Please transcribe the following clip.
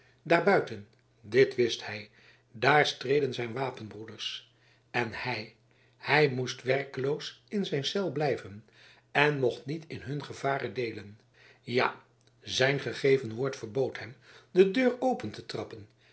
buiten dit wist hij daar streden zijn wapenbroeders en hij hij moest werkeloos in zijn cel blijven en mocht niet in hun gevaren deelen ja zijn gegeven woord verbood hem de deur open te trappen